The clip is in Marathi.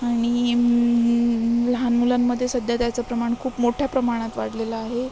आणि लहान मुलांमध्ये सध्या त्याचं प्रमाण खूप मोठ्या प्रमाणात वाढलेलं आहे